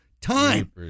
time